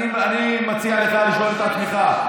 אני מציע לך לשאול את עצמך.